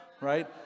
right